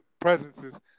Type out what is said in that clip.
presences